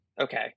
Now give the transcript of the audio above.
Okay